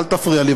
אל תפריע לי,